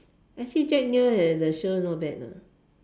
I see Jack Neo the the shows not bad leh